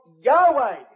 Yahweh